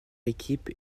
équipe